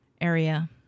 area